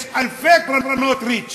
יש אלפי קרנות ריט שם,